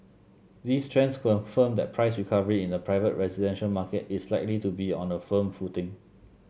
these trends confirm that price recovery in the private residential market is likely to be on a firm footing